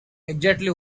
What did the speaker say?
exactly